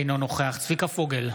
אינו נוכח צביקה פוגל,